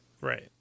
Right